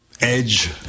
edge